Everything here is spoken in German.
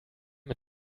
mit